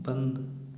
बंद